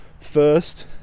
first